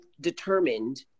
determined